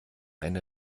eine